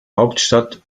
hauptstadt